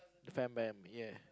fan man ya